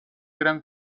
gran